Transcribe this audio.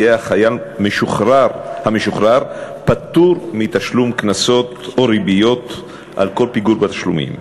יהיה החייל המשוחרר פטור מתשלום קנסות או ריביות על כל פיגור בתשלומים.